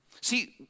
See